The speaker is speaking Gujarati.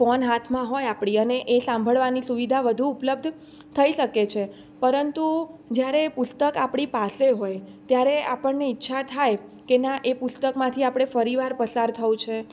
ફોન હાથમાં હોય આપણી અને એ સાંભળવાની સુવિધા વધુ ઉપલબ્ધ થઈ શકે છે પરંતુ જ્યારે એ પુસ્તક આપણી પાસે હોય ત્યારે આપણને ઈચ્છા થાય કે ના એ પુસ્તકમાંથી આપણે ફરી વાર પસાર થવું છે